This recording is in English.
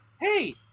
Hey